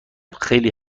خلی